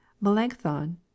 Melanchthon